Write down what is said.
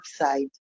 website